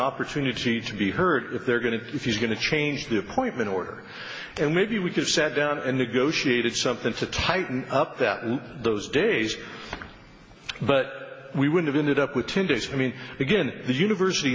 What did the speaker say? opportunity to be heard if they're going to if you're going to change the appointment order and maybe we could set down a negotiated something to tighten up that those days but we would have ended up with ten days i mean again the university